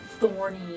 Thorny